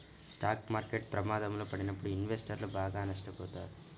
stock market ప్రమాదంలో పడినప్పుడు ఇన్వెస్టర్లు బాగా నష్టపోతారు